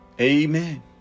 Amen